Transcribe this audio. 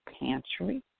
pantry